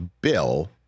Bill